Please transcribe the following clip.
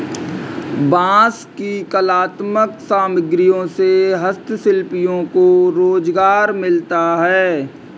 बाँस की कलात्मक सामग्रियों से हस्तशिल्पियों को रोजगार मिलता है